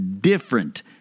different